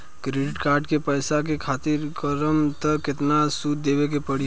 Credit card के पैसा से ख़रीदारी करम त केतना सूद देवे के पड़ी?